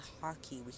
hockey